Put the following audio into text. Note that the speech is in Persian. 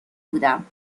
بودم